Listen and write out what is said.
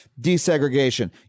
desegregation